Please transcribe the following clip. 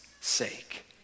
sake